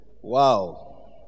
Wow